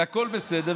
הכול בסדר,